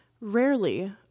Rarely